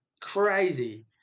crazy